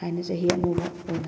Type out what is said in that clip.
ꯍꯥꯏꯅ ꯆꯍꯤ ꯑꯅꯧꯕ ꯑꯣꯏꯅ